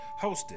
hosted